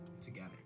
together